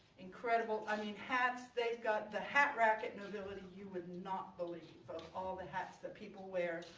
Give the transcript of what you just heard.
incredible. i mean, hats they've got. the hat rack at knowbility. you would not believe all the hats the people wear.